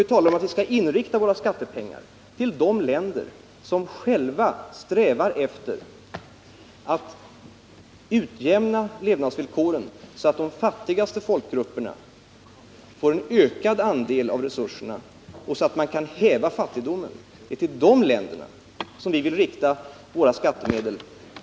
Det talas där om att vi skall rikta våra skattepengar till de länder som själva strävar efter att utjämna levnadsvillkoren, så att de fattigaste folkgrupperna får en ökad andel av resurserna och så att man kan häva fattigdomen. Det är till de länderna som vi vill ge av våra skattemedel.